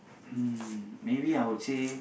um maybe I would say